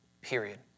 Period